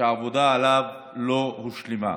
שהעבודה עליו לא הושלמה.